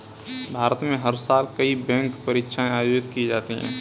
भारत में हर साल कई बैंक परीक्षाएं आयोजित की जाती हैं